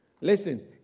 Listen